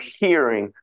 hearing